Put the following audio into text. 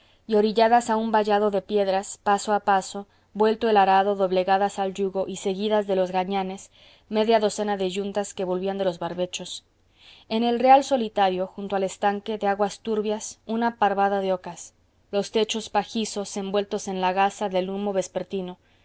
y orilladas a un vallado de piedras paso a paso vuelto el arado doblegadas al yugo y seguidas de los gañanes media docena de yuntas que volvían de los barbechos en el real solitario junto al estanque de aguas turbias una parvada de ocas los techos pajizos envueltos en la gasa del humo vespertino